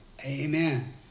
amen